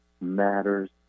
matters